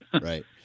Right